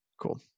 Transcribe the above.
Cool